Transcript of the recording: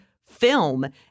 film